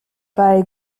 bei